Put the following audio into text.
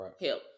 help